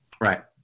Right